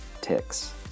ticks